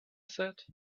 said